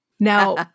Now